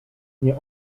nie